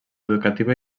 educativa